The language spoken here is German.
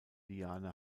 liane